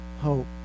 hope